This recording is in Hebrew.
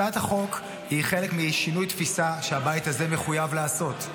הצעת החוק היא חלק משינוי תפיסה שהבית הזה מחויב לעשות,